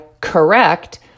correct